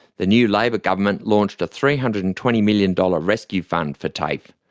the new labor government launched a three hundred and twenty million dollars rescue fund for tafe.